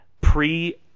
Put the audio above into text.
pre-